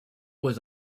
was